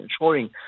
ensuring